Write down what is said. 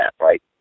right